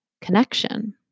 connection